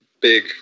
big